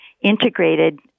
integrated